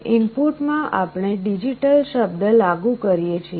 ઇનપુટમાં આપણે ડિજિટલ શબ્દ લાગુ કરીએ છીએ